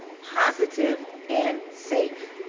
positive, and safe.